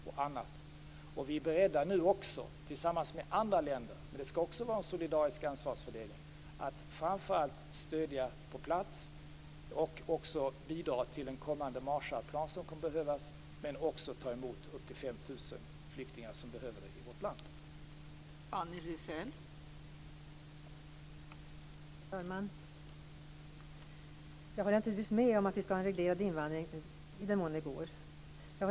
Vi är nu också beredda att tillsammans med andra länder - det skall också vara en solidarisk ansvarsfördelning - framför allt stödja på plats och också bidra till en kommande Marshallplan som kommer att behövas. Vi kommer också att ta emot upp till 5 000 flyktingar som behöver komma till vårt land.